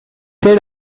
said